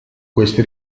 questi